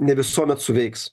ne visuomet suveiks